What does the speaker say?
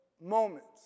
moments